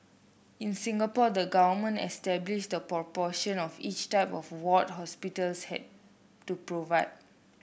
in Singapore the government established the proportion of each type of ward hospitals had to provide